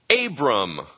Abram